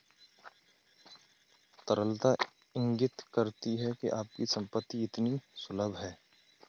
तरलता इंगित करती है कि आपकी संपत्ति कितनी सुलभ है